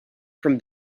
from